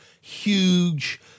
huge